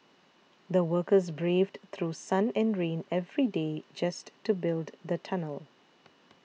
the workers braved through sun and rain every day just to build the tunnel